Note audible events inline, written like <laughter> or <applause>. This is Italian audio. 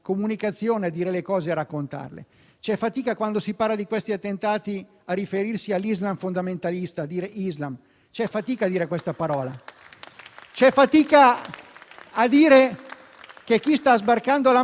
C'è fatica a dire che chi sta sbarcando a Lampedusa è a rischio di infiltrazioni in Europa per l'Islam; c'è fatica a riconoscere queste cose. <applause> Noi abbiamo bisogno e chiediamo al Governo di avere sicurezza.